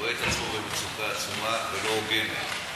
רואה את עצמו במצוקה עצומה ולא הוגנת.